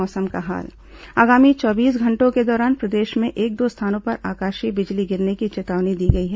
मौसम आगामी चौबीस घंटों के दौरान प्रदेश में एक दो स्थानों पर आकाशीय बिजली गिरने की चेतावनी दी गई है